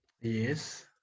Yes